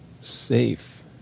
safe